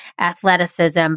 athleticism